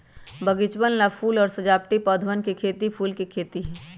बगीचवन ला फूल और सजावटी पौधवन के खेती फूल के खेती है